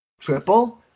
Triple